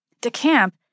DeCamp